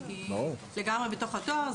היא לגמרי בתוך התואר.